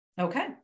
okay